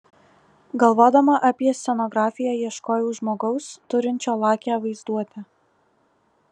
galvodama apie scenografiją ieškojau žmogaus turinčio lakią vaizduotę